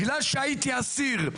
בגלל שהייתי אסיר,